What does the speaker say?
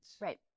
Right